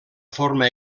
forma